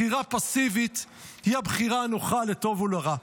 בחירה פסיבית היא הבחירה הנוחה, לטוב ולרע.